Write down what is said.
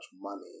money